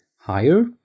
higher